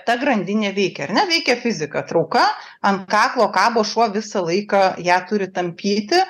ta grandinė veikia ar ne veikia fizika trauka ant kaklo kabo šuo visą laiką ją turi tampyti